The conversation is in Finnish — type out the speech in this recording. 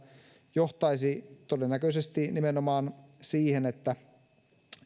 johtaisi todennäköisesti nimenomaan siihen että